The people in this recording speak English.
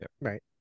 right